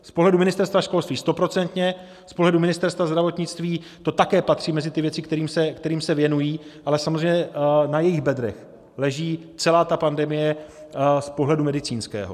Z pohledu Ministerstva školství stoprocentně, z pohledu Ministerstva zdravotnictví to také patří mezi ty věci, kterým se věnují, ale samozřejmě na jejich bedrech leží celá pandemie z pohledu medicínského.